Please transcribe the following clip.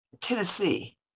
Tennessee